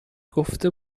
گفته